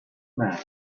man